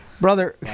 Brother